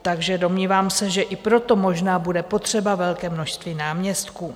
Takže domnívám se, že i proto možná bude potřeba velké množství náměstků.